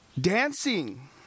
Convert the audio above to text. Dancing